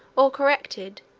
or corrected,